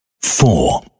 four